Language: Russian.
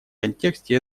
контексте